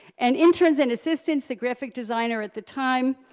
and interns and assistants, the graphic designer at the time,